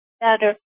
better